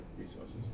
resources